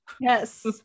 Yes